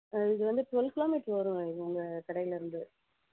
இது வந்து twelve kilometre வரும் இந்த கடையிலேருந்து